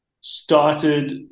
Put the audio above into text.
started